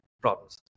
problems